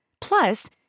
Plus